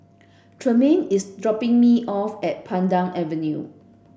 Tremaine is dropping me off at Pandan Avenue